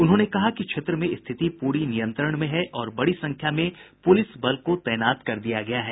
उन्होंने कहा कि क्षेत्र में स्थिति पूरी नियंत्रण में है और बड़ी संख्या में पुलिस बल को तैनात कर दिया गया है